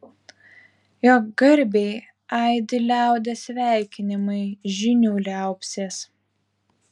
jo garbei aidi liaudies sveikinimai žynių liaupsės